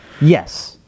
Yes